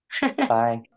Bye